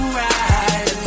right